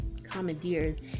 commandeers